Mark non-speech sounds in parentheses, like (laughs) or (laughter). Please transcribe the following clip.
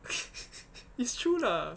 (laughs) it's true lah